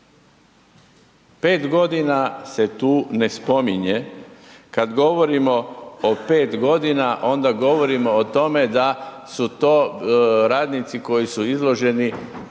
5.g. se tu ne spominje, kad govorimo o 5.g. onda govorimo o tome da su to radnici koji su izloženi